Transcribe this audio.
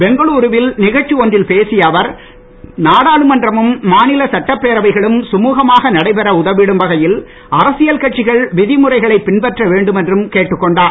பெங்களூருவில் நிகழ்ச்சி ஒன்றில் பேசிய அவர் நாடாளுமன்றமும் மாநில சட்டப் பேரவைகளும் சுமுகமாக நடைபெற உதவிடும் வகையில் அரசியல் கட்சிகள் விதிமுறைகளை பின்பற்ற வேண்டும் என்றும் கேட்டுக் கொண்டார்